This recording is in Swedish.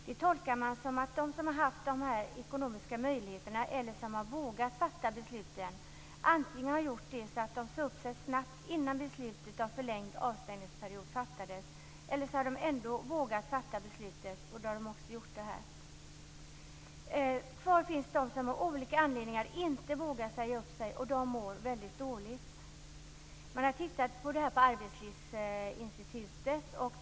Det tolkar man så att de som har haft de ekonomiska möjligheterna eller som har vågat fatta besluten antingen har gjort det genom att säga upp sig snabbt innan beslutet om förlängd avstängningsperiod fattades eller också har de ändå vågat fatta beslutet. Kvar finns de som av olika anledningar inte vågar säga upp sig, och de mår väldigt dåligt. Arbetslivsinstitutet har tittat på detta.